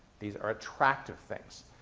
these are attractive things.